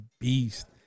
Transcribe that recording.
beast